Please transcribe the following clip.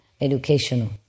educational